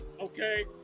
okay